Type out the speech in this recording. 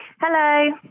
Hello